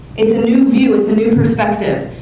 new view, it's a new perspective.